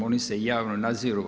Oni se javno nadziru.